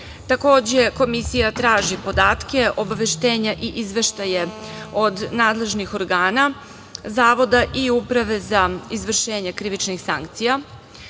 Takođe, Komisija traži podatke, obaveštenja i izveštaje od nadležnih organa, zavoda i Uprave za izvršenje krivičnih sankcija.